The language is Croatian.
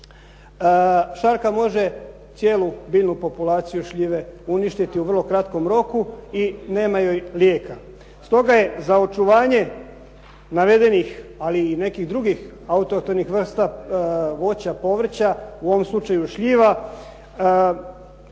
Šarka može cijelu biljnu populaciju šljive uništiti u vrlo kratkom roku i nema joj lijeka. Stoga je za očuvanje navedenih, ali i nekih drugih autohtonih vrsta voća, povrća, u ovom slučaju šljiva